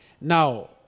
Now